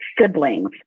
siblings